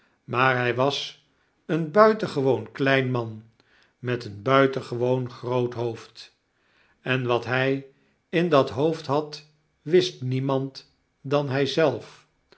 maar h y was een buitgewoon klein man met een buitengewoon groot hoofd en wat hy in dat hoofd had wist demand dan hy zelf